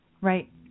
Right